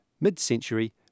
Mid-century